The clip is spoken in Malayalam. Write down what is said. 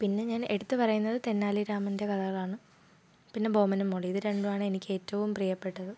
പിന്നെ ഞാൻ എടുത്ത് പറയുന്നത് തെന്നാലി രാമൻ്റെ കഥകളാണ് പിന്നെ ബോബനും മോളിയും ഇത് രണ്ടും ആണ് എനിക്ക് ഏറ്റവും പ്രിയപ്പെട്ടത്